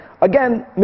again